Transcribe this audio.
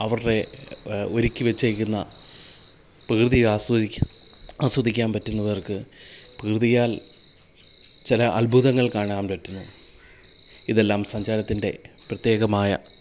അവരുടെ ഒരുക്കി വെച്ചേക്കുന്ന പ്രകൃതി ആസ്വദിക്കുക ആസ്വദിക്കാൻ പറ്റുന്നവർക്ക് പ്രകൃതിയാൽ ചില അത്ഭുതങ്ങൾ കാണാൻ പറ്റുന്നു ഇതെല്ലാം സഞ്ചാരത്തിൻ്റെ പ്രത്യേകമായ